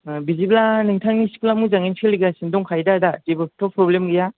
बिदिब्ला दा नोंथांनि स्कुलआ मोजाङैनो सोलिगासिनो दंखायो दा दा जेबोथ' प्रब्लेम गैया